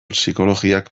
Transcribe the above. psikologiak